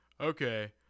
Okay